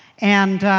and